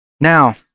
Now